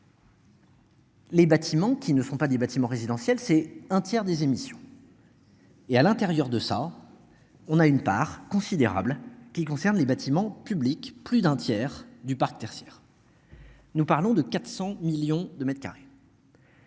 Les bâtiments qui ne sont pas des bâtiments résidentiels, c'est un tiers des émissions. Et à l'intérieur de ça. On a une part considérable qui concerne les bâtiments publics, plus d'un tiers du parc tertiaire. Nous parlons de 400 millions de mètres carrés.